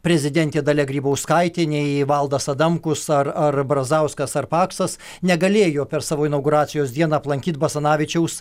prezidentė dalia grybauskaitė nei valdas adamkus ar ar brazauskas ar paksas negalėjo per savo inauguracijos dieną aplankyt basanavičiaus